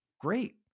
great